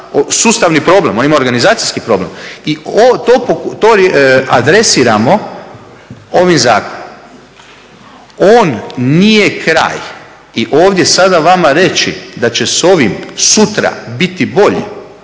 sustavni problem, on ima organizacijski problem i to adresiramo ovim zakonom. On nije kraj i ovdje sada vama reći da će s ovim sutra biti bolje.